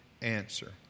answer